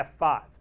F5